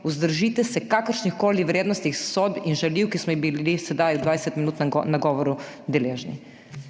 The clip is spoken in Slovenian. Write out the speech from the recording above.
vzdržite se kakršnihkoli vrednostnih sodb in žaljivk, ki smo jih bili sedaj v dvajsetminutnem nagovoru deležni.